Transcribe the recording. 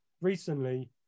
recently